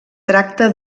tracta